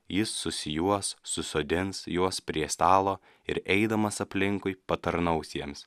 jis susijuos susodins juos prie stalo ir eidamas aplinkui patarnaus jiems